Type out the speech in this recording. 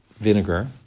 vinegar